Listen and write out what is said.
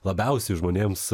labiausiai žmonėms